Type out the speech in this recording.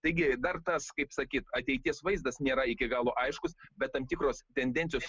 taigi dar tas kaip sakyt ateities vaizdas nėra iki galo aiškus bet tam tikros tendencijos